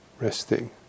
resting